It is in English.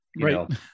Right